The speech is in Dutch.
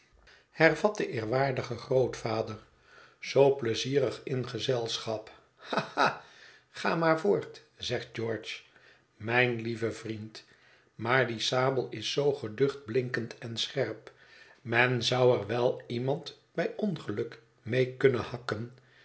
hervat de eerwaardige grootvader zoo pleizierig in gezelschap ha ha ga maar voort zegt george mijn lieve vriend maar die sabel is zoo geducht blinkend en scherp men zou er wel iemand bij ongeluk mee kunnen hakken